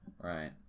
Right